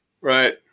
right